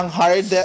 hard